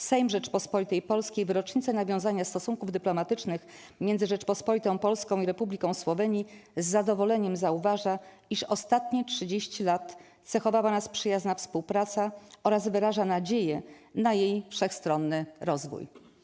Sejm Rzeczypospolitej Polskiej w rocznicę nawiązania stosunków dyplomatycznych między Rzecząpospolitą Polską i Republiką Słowenii z zadowoleniem zauważa, iż ostatnie 30 lat cechowała przyjazna współpraca, oraz wyraża nadzieję na jej wszechstronny rozwój˝